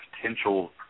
potential